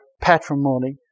patrimony